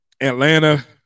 Atlanta